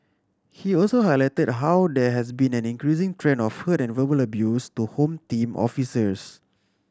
he also highlighted how there has been an increasing trend of hurt and verbal abuse to Home Team officers